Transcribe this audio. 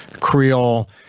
Creole